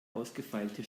ausgefeilte